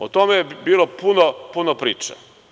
O tome je bilo puno priče.